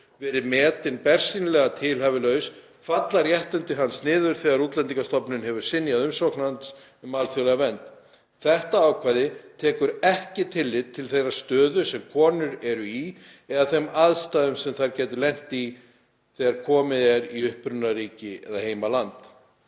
verið metin bersýnilega tilhæfulaus falla réttindi hans niður þegar Útlendingastofnun hefur synjað umsókn hans um alþjóðlega vernd. Þetta ákvæði tekur ekki tillit til þeirra stöðu sem konur eru í eða þeim aðstæðum sem þær gætu lent í þegar komið er í upprunaríki eða heimaland.